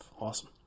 Awesome